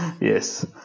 Yes